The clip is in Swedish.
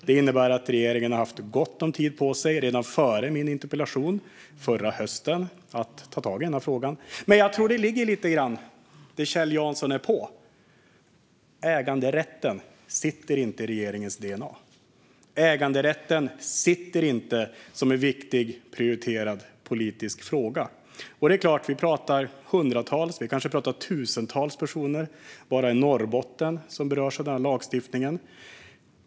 Det innebär att regeringen har haft gott om tid på sig, sedan förra hösten och redan före min interpellation, att ta tag i denna fråga. Men jag tror att det ligger lite grann i det som Kjell Jansson är inne på. Äganderätten sitter inte i regeringens dna. Äganderätten är inte en viktig och prioriterad politisk fråga. Vi pratar om hundratals, kanske tusentals, personer bara i Norrbotten som berörs av denna lagstiftning.